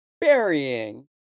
burying